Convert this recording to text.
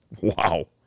Wow